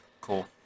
cool